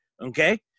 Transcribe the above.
Okay